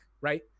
right